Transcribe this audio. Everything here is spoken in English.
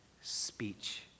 speech